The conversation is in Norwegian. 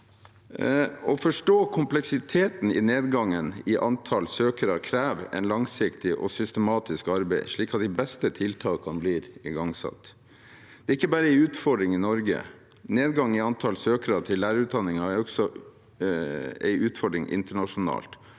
Å forstå kompleksiteten i nedgangen i antall søkere krever et langsiktig og systematisk arbeid, slik at de beste tiltakene blir igangsatt. Det er ikke bare en utfordring i Norge. Nedgang i antall søkere til lærerutdanningen er også en utfordring internasjonalt